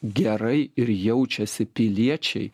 gerai ir jaučiasi piliečiai